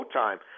time